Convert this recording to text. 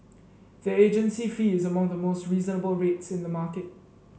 their agency fee is among the most reasonable rates in the market